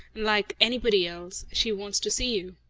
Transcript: unlike anybody else. she wants to see you.